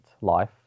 life